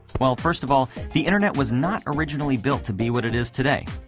well, first of all, the internet was not originally built to be what it is today.